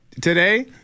Today